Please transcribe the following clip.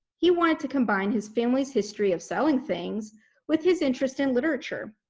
he wanted to combine his family's history of selling things with his interest in literature.